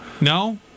No